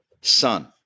son